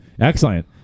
Excellent